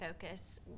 focus